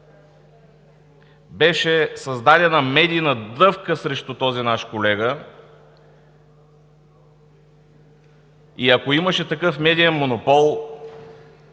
беше създадена медийна дъвка срещу този наш колега. И ако имаше такъв медиен монопол,